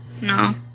No